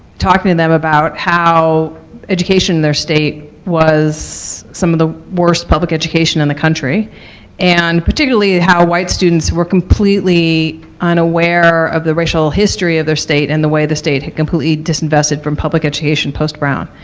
talking to them about how education in their state was some of the worst public education in the country and particularly how white students were completely unaware of the racial history of their state and the way the state completely disinvested from public education post brown.